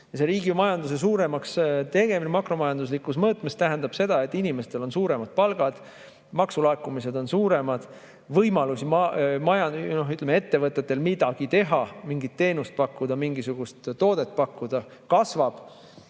See riigi majanduse suuremaks tegemine makromajanduslikus mõõtmes tähendab seda, et inimestel on suuremad palgad, maksulaekumised on suuremad, ettevõtete võimalus midagi teha, mingit teenust pakkuda, mingisugust toodet pakkuda kasvab